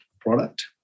product